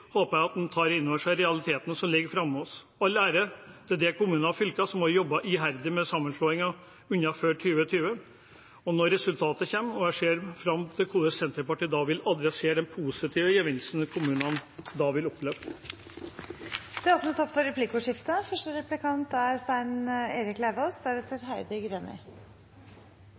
håper jeg at en tar inn over seg realitetene som ligger framom oss. All ære til de kommuner og fylker som har jobbet iherdig med sammenslåinger innen 2020. Jeg ser fram til hvordan Senterpartiet vil adressere den positive gevinsten kommunene vil oppleve når resultatet kommer. Det blir replikkordskifte. Regionreformen tres nedover hodet på folk, sier representanten Skjelstad. Ja, det er å treffe spikeren rett på hodet. Venstre har vært entusiastisk for